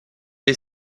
est